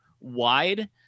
wide